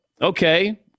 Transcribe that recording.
Okay